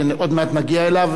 שעוד מעט נגיע אליו,